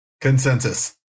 Consensus